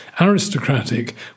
aristocratic